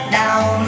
down